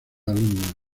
alumnos